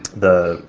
the,